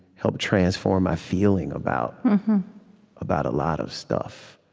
helped transform my feeling about about a lot of stuff.